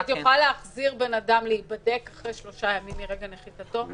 את יכולה להחזיר בן-אדם להיבדק אחרי 3 ימים מרגע נחיתתו?